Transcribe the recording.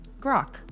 grok